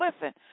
listen